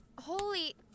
Holy